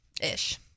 ish